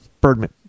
Birdman